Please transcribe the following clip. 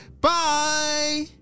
Bye